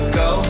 go